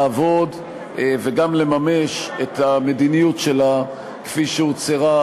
לעבוד וגם לממש את המדיניות שלה כפי שהוצהרה